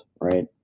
right